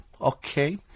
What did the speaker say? Okay